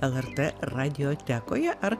lrt radiotekoje ar